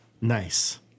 Nice